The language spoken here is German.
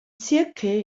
zirkel